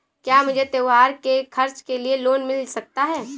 क्या मुझे त्योहार के खर्च के लिए लोन मिल सकता है?